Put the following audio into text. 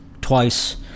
twice